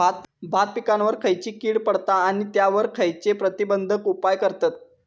भात पिकांवर खैयची कीड पडता आणि त्यावर खैयचे प्रतिबंधक उपाय करतत?